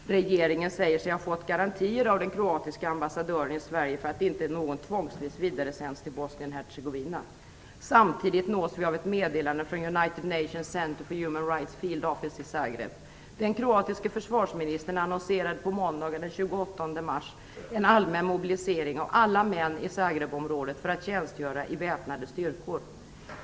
Regeringen säger sig ha fått garantier av den kroatiska ambassadören i Sverige för att inte någon tvångsvis vidaresänds till Bosnien-Hercegovina. Samtidigt nås vi av ett meddelande från United Nations Centre for Human Rights Field Office i Zagreb. Den kroatiske försvarsministern annonserade på måndagen den 28 mars en allmän mobilisering av alla män i Zagrebområdet för tjänstgöring i väpnade styrkor.